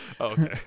Okay